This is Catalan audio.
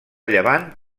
llevant